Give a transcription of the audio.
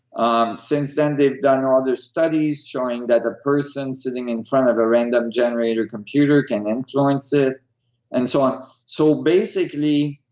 um since then, they've done all their studies showing that a person sitting in front of a random generator computer can influence it and so on so basically,